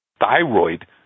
thyroid